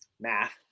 math